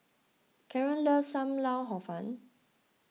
Kaaren loves Sam Lau Hor Fun